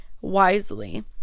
wisely